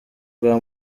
bwa